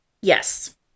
Yes